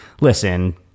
listen